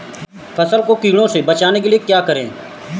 फसल को कीड़ों से बचाने के लिए क्या करें?